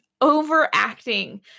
overacting